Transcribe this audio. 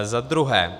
Za druhé.